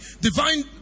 divine